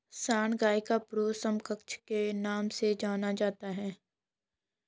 सांड गाय का पुरुष समकक्ष के नाम से जाना जाता है